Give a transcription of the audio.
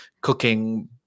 cooking